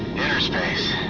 inner space.